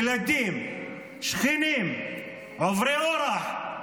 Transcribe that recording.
ילדים, שכנים, עוברי אורח,